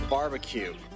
Barbecue